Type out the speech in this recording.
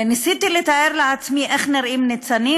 ניסיתי לתאר לעצמי איך נראים ניצנים.